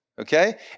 Okay